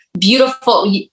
beautiful